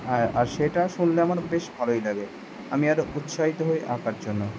হ্যাঁ আর সেটা শুনলে আমার বেশ ভালোই লাগে আমি আরও উৎসাহিত হই আঁকার জন্য